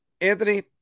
Anthony